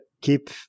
keep